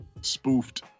spoofed